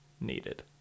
needed